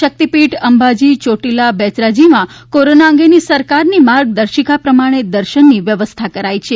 શક્તિપીઠ અંબાજી ચોટીલા બેચરાજીમાં કોરોના અંગેની સરકારની માર્ગદર્શિકા પ્રમાણે દર્શનની વ્યવસ્થા કરાઈ છે